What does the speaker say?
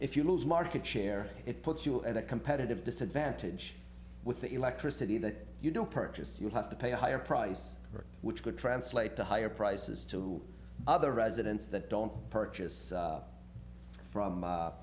if you lose market share it puts you at a competitive disadvantage with the electricity that you don't purchase you have to pay a higher price which could translate to higher prices to other residents that don't purchase from